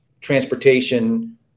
transportation